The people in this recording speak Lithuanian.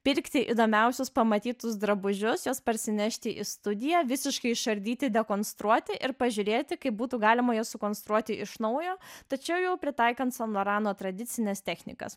pirkti įdomiausius pamatytus drabužius juos parsinešti į studiją visiškai išardyti dekonstruoti ir pažiūrėti kaip būtų galima juos sukonstruoti iš naujo tačiau jau pritaikant san lorano tradicines technikas